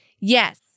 Yes